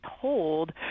told